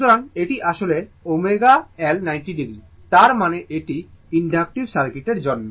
সুতরাং এটি আসলে ω L 90o তার মানে এটি ইনডাকটিভ সার্কিটের জন্য